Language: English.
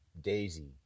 Daisy